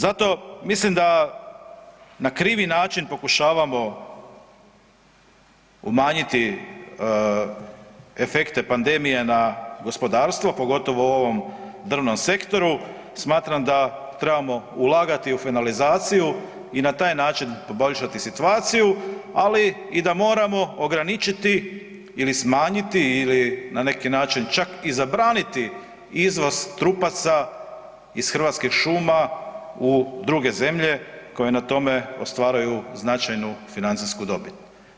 Zato mislim da na krivi način pokušavamo umanjiti efekte pandemije na gospodarstvo pogotovo u ovom drvnom sektoru, smatram da trebamo ulagati u finalizaciju i na taj način poboljšati situaciju, ali i da moramo ograničiti ili smanjiti ili na neki način čak i zabraniti izvoz trupaca iz Hrvatskih šuma u druge zemlje koje na tome ostvaruju značajnu financijsku dobit.